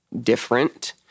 different